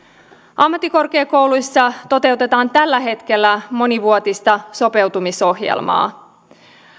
ammattikorkeakouluissa toteutetaan tällä hetkellä monivuotista sopeutumisohjelmaa